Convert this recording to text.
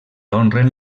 honren